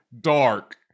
dark